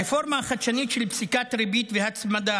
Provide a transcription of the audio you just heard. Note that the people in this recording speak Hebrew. הרפורמה החדשנית של פסיקת ריבית והצמדה